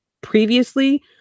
previously